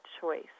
choice